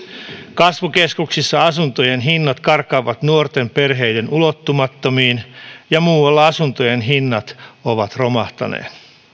kasvukeskuksissa asuntojen hinnat karkaavat nuorten perheiden ulottumattomiin ja muualla asuntojen hinnat ovat romahtaneet